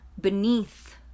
beneath